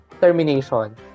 termination